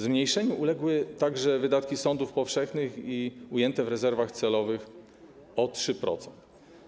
Zmniejszeniu uległy także wydatki sądów powszechnych i wydatki ujęte w rezerwach celowych - o 3%.